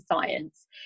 science